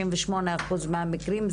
98% מהמקרים,